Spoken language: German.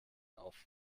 auf